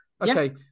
Okay